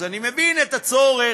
אז אני מבין את הצורך